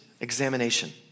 examination